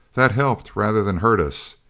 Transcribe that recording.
that helped rather than hurt us.